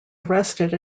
arrested